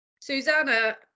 Susanna